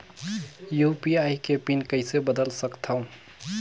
UPI के PIN कइसे बदल सकथव?